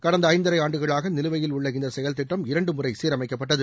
கடந்த ஐந்தரை ஆண்டுகளாக நிலுவையில் உள்ள இந்த செயல்திட்டம் இரண்டு முறை சீரமைக்கப்பட்டது